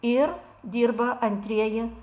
ir dirba antrieji